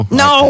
no